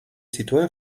zituen